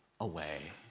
away